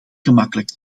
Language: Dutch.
gemakkelijk